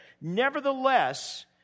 nevertheless